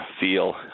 feel